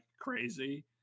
crazy